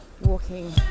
walking